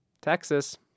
Texas